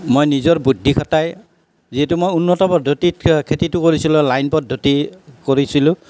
মই নিজৰ বুদ্ধি খটাই যিহেটো মই উন্নত পদ্ধতিত খেতিটো কৰিছিলোঁ লাইন পদ্ধতি কৰিছিলোঁ